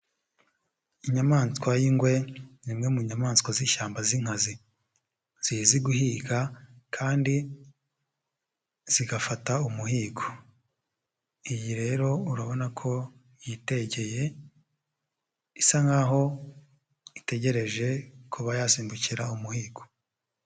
Inyamaswa y'ingwe ni imwe mu nyamaswa z'ishyamba z'inkazi zizi guhiga kandi zigafata umuhigo, iyi rero urabona ko yitegeye isa nkaho itegereje kuba yasimbukira umuhigo.